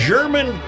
German